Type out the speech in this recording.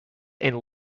and